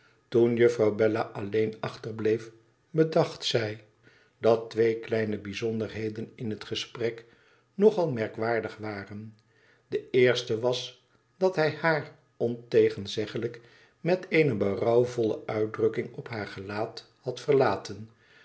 toen juffrouw bella alleen achterbleef bedacht zij dat twee kleine bijzonderheden in het gesprek nog al merkwaardig waren de eerste was dat hij haar ontegenzeglijk met eene berouwvolle uitdrukking op haar gelaat had verlaten